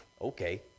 okay